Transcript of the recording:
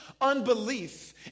unbelief